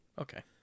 Okay